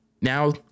Now